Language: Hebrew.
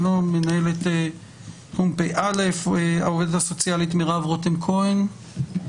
מאז הכיבוש בשנת 67' היו לו עמדות ברורות למען סיום הכיבוש והסכסוך,